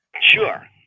Sure